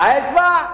האצבע?